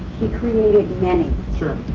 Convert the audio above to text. he created many.